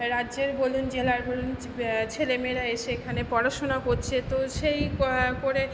রাজ্যের বলুন জেলার বলুন ছেলে মেয়েরা এসে এখানে পড়াশোনা করছে তো সেই করে